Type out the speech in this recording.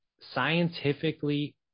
scientifically